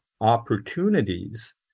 opportunities